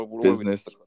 Business